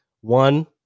one